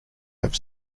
have